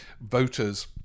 voters